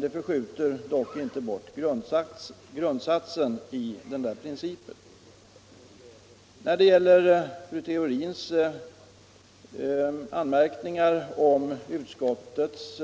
Det förskjuter dock inte grundsatsen och principen. Vad beträffar fru Theorins anmärkningar om utskottets